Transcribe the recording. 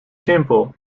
simpel